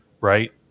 right